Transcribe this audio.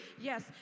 Yes